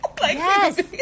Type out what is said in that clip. yes